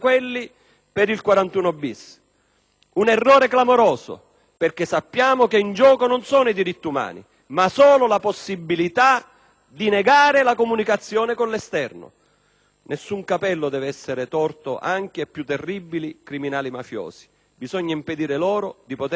un errore clamoroso perché sappiamo che in gioco non sono i diritti umani, ma solo la possibilità di negare la comunicazione con l'esterno. Nessun capello deve essere torto anche ai più terribili criminali mafiosi! Bisogna impedire loro di poter continuare ad esercitare un dominio